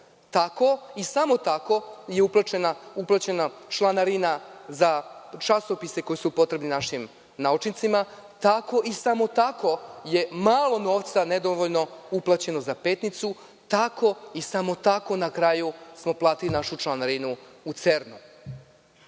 to. Tako i samo tako je uplaćena članarina za časopise koji su potrebni našim naučnicima. Tako i samo tako je malo novca, nedovoljno uplaćeno za Petnicu. Tako i samo tako na kraju smo platili našu članarinu u Cernu.